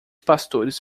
pastores